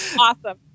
awesome